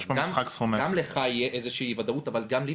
גם לך תהיה איזושהי ודאות אבל גם לי,